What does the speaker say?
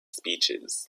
speeches